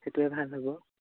সেইটোৱে ভাল হ'ব